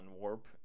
Warp